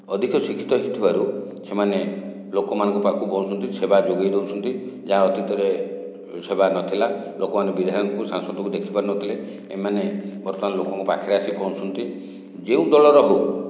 ଅଧିକ ଶିକ୍ଷିତ ହୋଇଥିବାରୁ ସେମାନେ ଲୋକମାନଙ୍କ ପାଖକୁ ପହଞ୍ଚୁଛନ୍ତି ସେବା ଯୋଗାଇ ଦେଉଛନ୍ତି ଯାହା ଅତୀତରେ ସେବା ନଥିଲା ଲୋକମାନେ ବିଧାୟକଙ୍କୁ ସାଂସଦଙ୍କୁ ଦେଖିପାରୁ ନଥିଲେ ଏମାନେ ବର୍ତ୍ତମାନ ଲୋକଙ୍କ ପାଖରେ ଆସି ପହଞ୍ଚୁଛନ୍ତି ଯେଉଁ ଦଳର ହେଉ